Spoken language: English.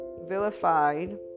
vilified